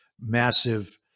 massive